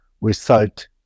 result